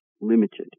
limited